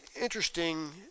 interesting